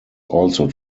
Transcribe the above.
also